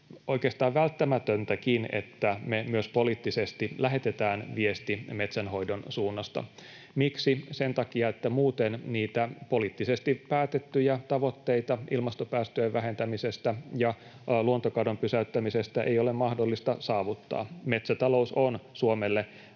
oikeastaan välttämätöntäkin, että me myös poliittisesti lähetetään viesti metsänhoidon suunnasta. Miksi? Sen takia, että muuten niitä poliittisesti päätettyjä tavoitteita ilmastopäästöjen vähentämisestä ja luontokadon pysäyttämisestä ei ole mahdollista saavuttaa. Metsätalous on Suomelle